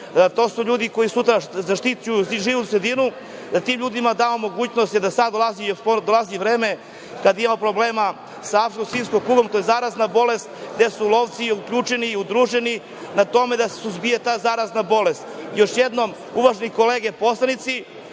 to su ljudi koji štite životnu sredinu, da tim ljudima damo mogućnost, jer sad dolazi vreme kada ima problema sa zarazom svinjske kuge. To je zarazna bolest gde su lovci uključeni i udruženi na tome da se suzbije za zarazna bolest. Još jednom, uvažene kolege poslanici,